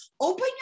open